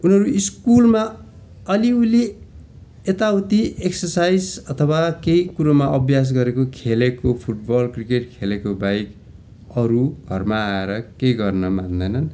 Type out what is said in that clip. उनीहरू स्कुलमा अलि अलि यताउता एक्सर्साइज अथवा केही कुरोमा अभ्यास गरेको खेलेको फुट बल क्रिकेट खेलेको बाहेक अरू घरमा आएर केही गर्न मान्दैनन्